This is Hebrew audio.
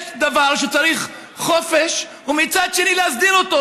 יש דבר שצריך חופש, ומצד שני, להסדיר אותו.